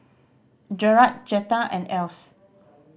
Jerrad Jetta and Else